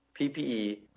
PPE